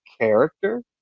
character